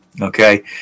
Okay